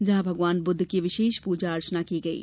जहां भगवान बुद्ध की विशेष पूजा अर्चना की गयी